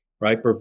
right